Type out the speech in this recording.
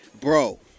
Bro